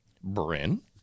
Bryn